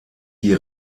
die